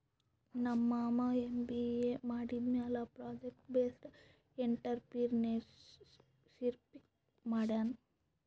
ನಮ್ ಮಾಮಾ ಎಮ್.ಬಿ.ಎ ಮಾಡಿದಮ್ಯಾಲ ಪ್ರೊಜೆಕ್ಟ್ ಬೇಸ್ಡ್ ಎಂಟ್ರರ್ಪ್ರಿನರ್ಶಿಪ್ ಮಾಡ್ಯಾನ್